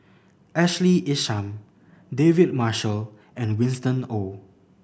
Ashley Isham David Marshall and Winston Oh